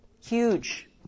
huge